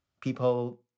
people